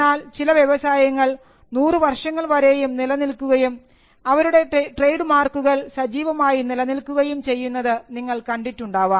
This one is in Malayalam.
എന്നാൽ ചില വ്യവസായങ്ങൾ നൂറുവർഷങ്ങൾ വരെയും നിലനിൽക്കുകയും അവരുടെ ട്രേഡ് മാർക്കുകൾ സജീവമായി നിലനിൽക്കുകയും ചെയ്യുന്നത് നിങ്ങൾ കണ്ടിട്ടുണ്ടാവാം